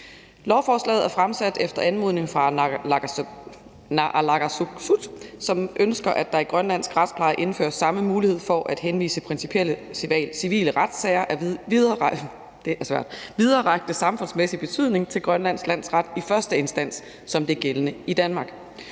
Lovforslaget er fremsat efter anmodning fra naalakkersuisut, som ønsker, at der er i Grønlands retspleje indføres samme mulighed for at henvise principielle civile retssager af vidererækkende samfundsmæssig betydning til Grønlands Landsret, i første instans, som det er gældende i Danmark.